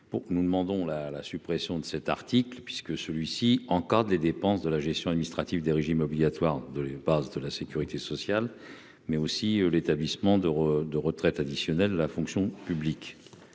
nous demandons la suppression de cet article, puisque celui-ci encore des dépenses de la gestion administrative des régimes obligatoires de les bases de la sécurité sociale mais aussi l'établissement d'euros de retraite additionnelle de la fonction publique,